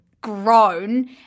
grown –